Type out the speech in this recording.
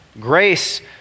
Grace